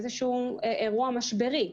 איזשהו אירוע משברי,